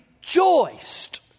rejoiced